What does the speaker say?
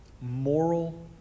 moral